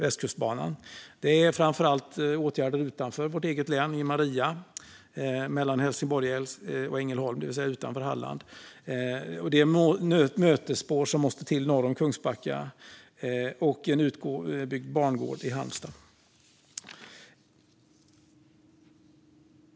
Regional fysisk plane-ring i Hallands län Det är framför allt åtgärder utanför vårt eget län i Maria, mellan Helsingborg och Ängelholm, det vill säga utanför Halland. Det är mötesspår som måste till norr om Kungsbacka och en utbyggd bangård i Halmstad.